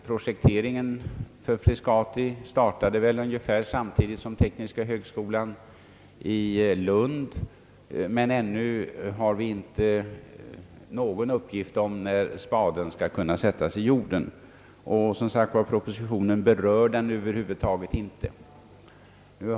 Projekteringen för Frescati startade väl ungefär samtidigt som för tekniska högskolan i Lund, men ännu har vi inte någon uppgift om när spaden kan sättas i jorden; propositionen berör, som sagt, över huvud taget inte frågan.